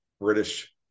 British